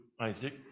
Isaac